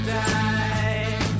die